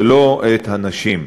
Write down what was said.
ולא את הנשים.